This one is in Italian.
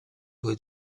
due